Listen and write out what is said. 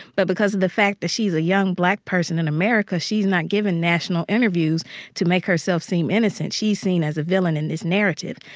but because of the fact that she's a young black person in america, she's not given national interviews to make herself seem innocent. she's seen as a villain in this narrative.